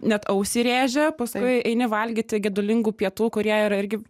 net ausį rėžia paskui eini valgyti gedulingų pietų kurie yra irgi